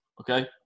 Okay